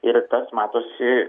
ir tas matosi